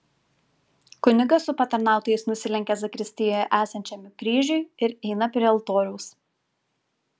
kunigas su patarnautojais nusilenkia zakristijoje esančiam kryžiui ir eina prie altoriaus